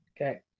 Okay